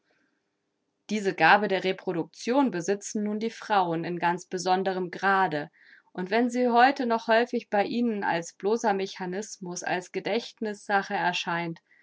diese gabe der reproduction besitzen nun die frauen in ganz besonderem grade und wenn sie heute noch häufig bei ihnen als bloßer mechanismus als gedächtnißsache erscheint